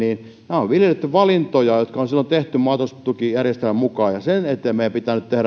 ovat viljelijöitten valintoja jotka on silloin tehty maataloustukijärjestelmän mukaan ja sen eteen meidän pitää nyt tehdä